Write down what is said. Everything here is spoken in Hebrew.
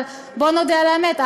אבל בואו נודה על האמת,